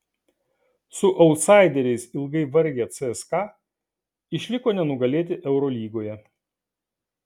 su autsaideriais ilgai vargę cska išliko nenugalėti eurolygoje